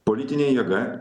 politinė jėga